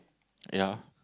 ya